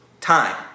time